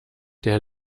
der